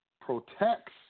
protects